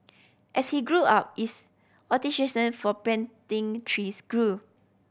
as he grew up is for planting trees grew